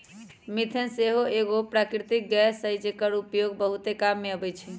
methane सेहो एगो प्राकृतिक गैस हई जेकर उपयोग बहुते काम मे अबइ छइ